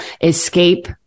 escape